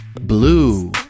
Blue